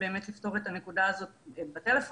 ובאמת לפתור את הנקודה הזאת בטלפון.